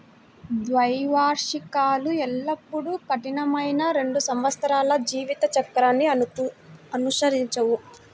ద్వైవార్షికాలు ఎల్లప్పుడూ కఠినమైన రెండు సంవత్సరాల జీవిత చక్రాన్ని అనుసరించవు